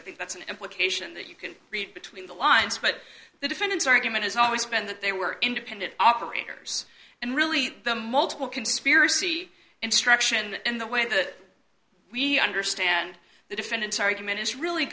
i think that's an implication that you can read between the lines but the defendant's argument has always been that they were independent operators and really the multiple conspiracy instruction and the way that we understand the defendant's argument is really